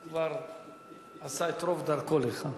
הוא עשה את רוב דרכו לכאן.